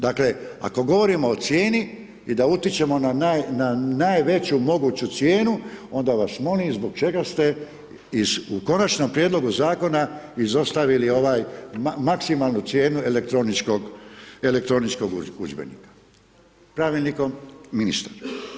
Dakle, ako govorimo o cijeni i da utječemo na najveću moguću cijenu, onda vas molim, zbog čega ste, u konačnom prijedlogu zakona izostavili ovaj maksimalnu cijenu elektroničkog udžbenika, pravilnikom ministar.